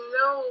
no